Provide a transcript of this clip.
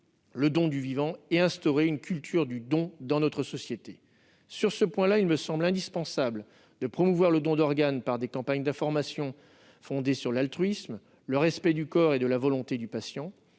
le don du vivant et instaurer une culture du don dans notre société. Sur ce dernier point, il me semble indispensable de promouvoir le don d'organes par des campagnes d'information fondées sur l'altruisme et le respect du corps et de la volonté du patient.